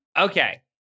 Okay